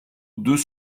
deux